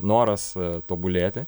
noras tobulėti